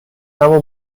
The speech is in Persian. اما